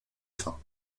fin